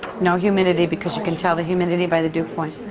no humidity because you can tell the humidity by the dew point.